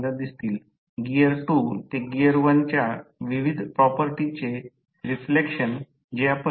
तर फिरणारी slip ring आणि संबंधित ब्रश आपल्याला रोटर विंडिंग द्वारे मालिकेत बाह्य प्रतिकार जोडण्यास सक्षम करते